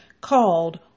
called